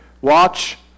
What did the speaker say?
watch